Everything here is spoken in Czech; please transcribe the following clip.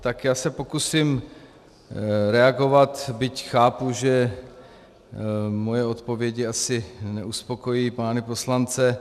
Já se pokusím reagovat, byť chápu, že moje odpovědi asi neuspokojí pány poslance.